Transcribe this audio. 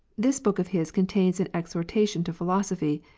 this book of his contains an exhortation to philosophy,